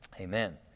Amen